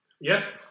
Yes